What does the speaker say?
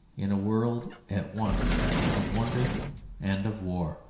in a world at once of wonder and of war.